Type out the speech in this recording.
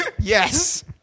Yes